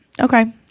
Okay